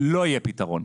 לא יהיה פתרון.